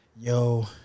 yo